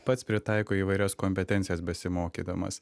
pats pritaiko įvairias kompetencijas besimokydamas